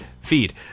feed